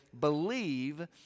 believe